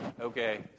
Okay